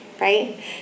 right